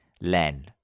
Len